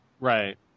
Right